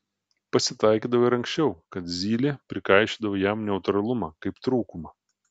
pasitaikydavo ir anksčiau kad zylė prikaišiodavo jam neutralumą kaip trūkumą